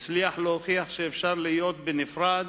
הצליח להוכיח שאפשר להיות בנפרד,